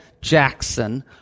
Jackson